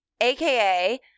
aka